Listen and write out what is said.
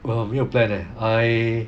我没有 plan leh I